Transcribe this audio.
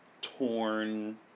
torn